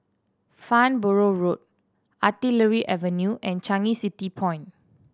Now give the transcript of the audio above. Farnborough Road Artillery Avenue and Changi City Point